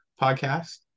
podcast